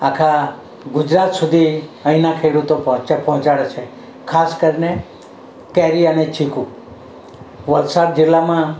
આખા ગુજરાત સુધી અહીંના ખેડૂતો પહોંચાડે છે ખાસ કરીને કેરી અને ચીકુ વલસાડ જિલ્લામાં